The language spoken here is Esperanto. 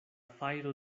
fajro